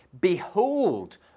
behold